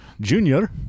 Junior